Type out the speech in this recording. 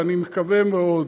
ואני מקווה מאוד,